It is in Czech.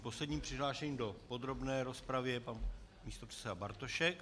Posledním přihlášeným do podrobné rozpravy je pan místopředseda Bartošek.